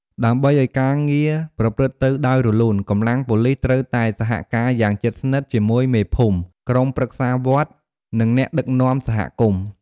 ដើម្បីឱ្យការងារប្រព្រឹត្តទៅដោយរលូន កម្លាំងប៉ូលិសត្រូវតែសហការយ៉ាងជិតស្និទ្ធជាមួយមេភូមិ ក្រុមប្រឹក្សាវត្ត និងអ្នកដឹកនាំសហគមន៍។